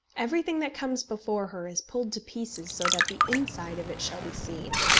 everything that comes before her is pulled to pieces so that the inside of it shall be seen,